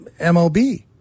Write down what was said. MLB